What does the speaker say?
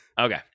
Okay